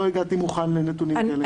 לא הגעתי מוכן לנתונים כאלה.